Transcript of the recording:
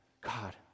God